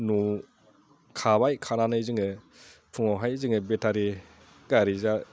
न'आव खाबाय खानानै जोङो फुङावहाय जोङो बेटारि गारि